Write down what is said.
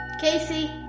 Casey